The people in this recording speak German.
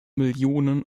millionen